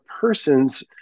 persons